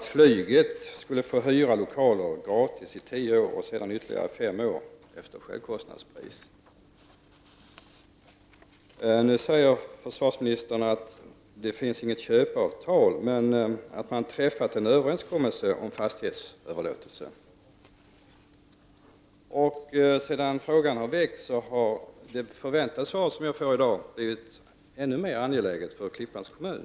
Flyget skulle i och med detta få hyra lokaler gratis i tio år och sedan i ytterligare fem år till självkostnadspris. Nu säger försvarsministern att det inte finns något köpeavtal men att det träffats en överenskommelse om fastighetsöverlåtelse. Sedan denna fråga väckts har det svar jag får i dag kommit att bli ännu mer angeläget för Klippans kommun.